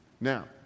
Now